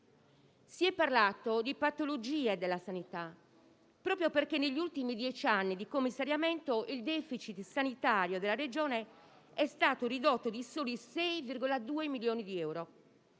Si è parlato di patologia della sanità proprio perché negli ultimi undici anni di commissariamento il *deficit* sanitario della Regione è stato ridotto di soli 6,2 milioni di euro.